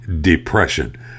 depression